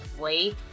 wait